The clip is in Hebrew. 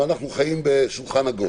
אבל אנחנו חיים בשולחן עגול